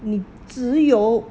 你只有